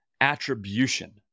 attribution